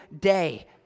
day